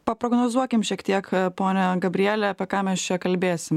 paprognozuokim šiek tiek ponia gabriele apie ką mes čia kalbėsim